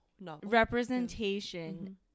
representation